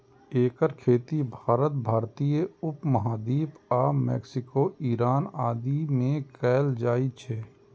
एकर खेती भारत, भारतीय उप महाद्वीप आ मैक्सिको, ईरान आदि मे कैल जाइ छै